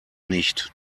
nicht